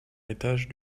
étage